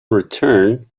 return